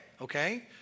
okay